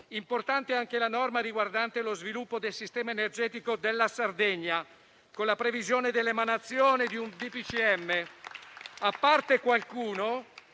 Importante anche la norma riguardante lo sviluppo del sistema energetico della Sardegna, con la previsione dell'emanazione di un